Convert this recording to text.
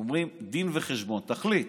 אומרים "דין וחשבון" תחליט,